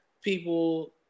people